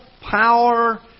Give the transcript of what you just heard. power